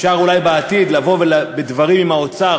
אפשר אולי בעתיד לבוא בדברים עם האוצר